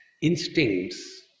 instincts